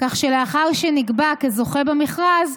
כך שלאחר שנקבע כזוכה במכרז,